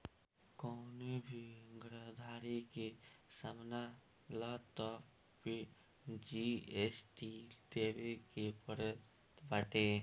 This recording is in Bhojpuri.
कवनो भी घरदारी के सामान लअ तअ ओपे जी.एस.टी देवे के पड़त बाटे